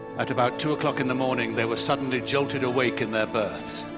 at about two o'clock in the morning, they were suddenly jolted awake in their berths,